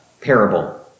parable